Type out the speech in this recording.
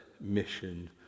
mission